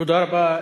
תודה רבה.